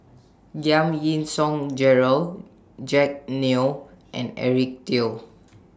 Giam Yean Song Gerald Jack Neo and Eric Teo